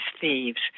thieves